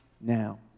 now